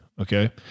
Okay